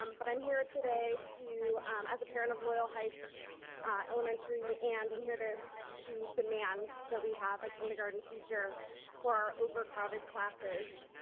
um but i'm here today as a parent of loyal heights elementary and i'm here to to demand that we have a kindergarten teacher for our overcrowded classes.